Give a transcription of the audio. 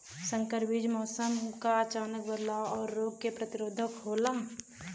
संकर बीज मौसम क अचानक बदलाव और रोग के प्रतिरोधक होला